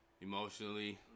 emotionally